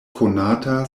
konata